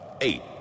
eight